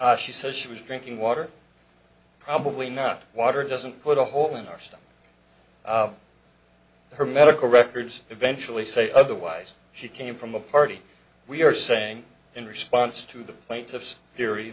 stomach she says she was drinking water probably not water doesn't put a hole in our system her medical records eventually say otherwise she came from a party we are saying in response to the plaintiff's theory